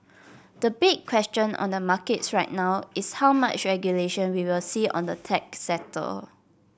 the big question on the markets right now is how much regulation we will see on the tech sector